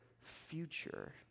future